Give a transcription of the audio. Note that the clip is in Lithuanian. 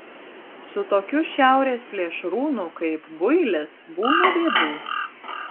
su tokiu šiaurės plėšrūnu kaip builis būna bėdų